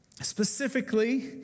specifically